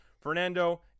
Fernando